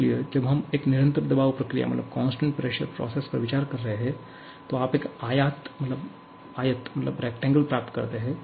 इसलिए जब हम एक निरंतर दबाव प्रक्रिया पर विचार कर रहे हैं तो आप एक आयत प्राप्त करते हैं